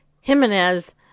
Jimenez